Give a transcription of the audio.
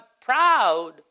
proud